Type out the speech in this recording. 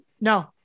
No